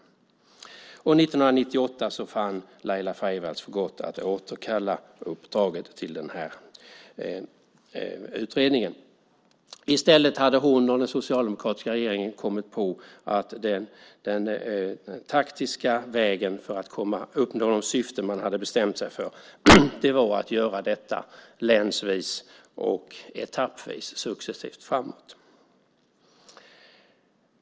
År 1998 fann Laila Freivalds för gott att återkalla uppdraget till utredningen. I stället hade hon och den socialdemokratiska regeringen kommit på att den taktiska vägen för att uppnå de syften som man hade bestämt sig för var att göra detta länsvis och etappvis successivt framåt.